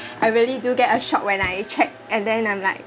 I really do get a shock when I checked and then I'm like